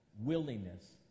willingness